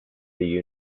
the